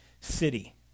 city